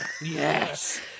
Yes